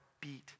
beat